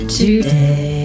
today